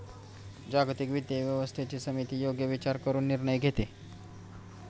जागतिक वित्तीय व्यवस्थेची समिती योग्य विचार करून निर्णय घेते